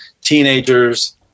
teenagers